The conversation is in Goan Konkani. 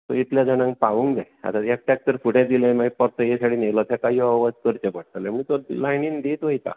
सो इतले जाणांक पावूंक जाय आतां एकट्याक जर फुडें दिलें मागीर पत्तो हे सायडींतल्यान येयलो जाल्यार तेका यो वच करचे पडटले म्हूण तो लायनीन दीत वयता